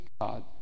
God